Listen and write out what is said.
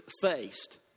faced